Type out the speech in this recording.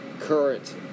current